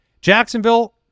Jacksonville